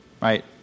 right